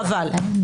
חבל.